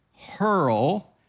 hurl